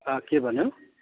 के भन्यौ